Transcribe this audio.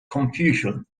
confusion